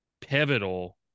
pivotal